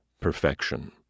perfection